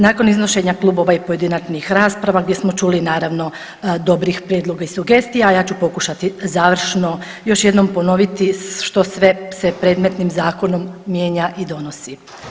Nakon iznošenja klubova i pojedinačnih rasprava, gdje smo čuli, naravno, dobrih prijedloga i sugestija, ja ću pokušati završno još jednom ponoviti što sve se predmetnim zakonom mijenja i donosi.